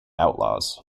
outlaws